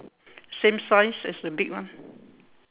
same size as the big one